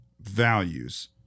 values